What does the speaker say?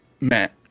Matt